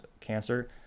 cancer